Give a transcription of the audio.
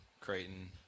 Creighton